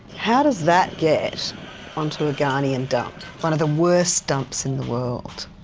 how does that get onto a ghanaian dump, one of the worst dumps in the world?